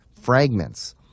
fragments